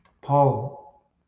Paul